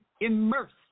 immersed